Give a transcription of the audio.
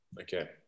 Okay